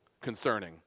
concerning